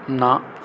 ਨਾ